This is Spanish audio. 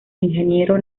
ingeniero